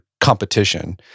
competition